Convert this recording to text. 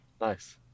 Nice